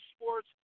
sports